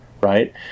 right